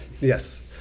Yes